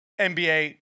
NBA